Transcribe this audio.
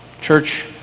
Church